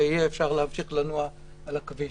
ויהיה אפשר להמשיך לנוע על הכביש.